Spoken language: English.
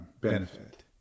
Benefit